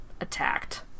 attacked